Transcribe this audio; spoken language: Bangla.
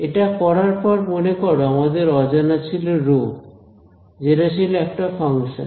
এটা করার পর মনে করো আমাদের অজানা ছিল রো যেটা ছিল একটা ফাংশন